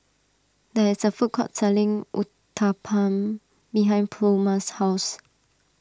there is a food court selling Uthapam behind Pluma's house